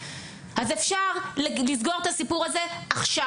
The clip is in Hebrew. אז אפשר לסגור את הסיפור הזה עכשיו,